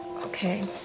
Okay